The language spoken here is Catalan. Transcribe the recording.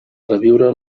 reviure